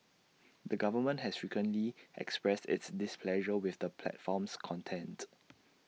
the government has frequently expressed its displeasure with the platform's content